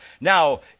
now